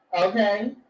Okay